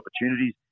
opportunities